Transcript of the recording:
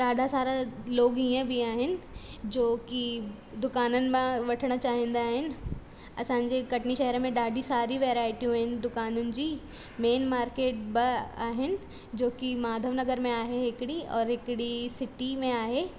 ॾाढा सारा लोग इअं बि आहिनि जो की दुकाननि मां वठणु चाहींदा आहिनि असांजे कटनी शहर में ॾाढियूं सारियूं वैराइटियूं आहिनि दुकाननि जी मेन मार्केट ॿ आहिनि जो की माधव नगर में आहे हिकिड़ी और हिकिड़ी सिटी में आहे